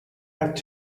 back